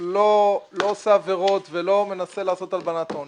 לא עושה עבירות ולא מנסה לעשות הלבנת הון.